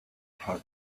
her